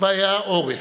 והיה עורף,